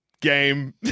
game